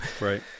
Right